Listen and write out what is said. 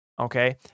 okay